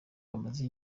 bamaze